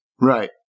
right